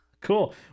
cool